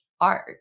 art